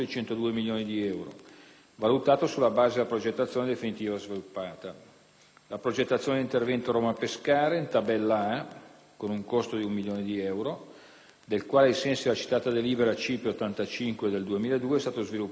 valutato sulla base della progettazione definitiva sviluppata; la progettazione dell'intervento «Roma-Pescara», in tabella A, con un costo di un milione di euro, del quale, ai sensi della citata delibera del CIPE n. 85 del 2002 è stato sviluppato lo studio di fattibilità;